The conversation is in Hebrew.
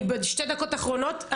אני בשתי דקות אחרונות.